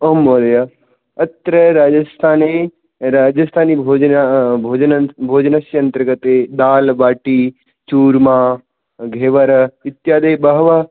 ओम् महोदय अत्र राजस्थाने राजस्थानी भोजनस्य अन्तर्गते दाल् बाटी चूर्मा घेवर इत्यादि बहवः